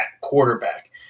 quarterback